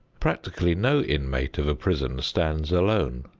practically no inmate of a prison stands alone.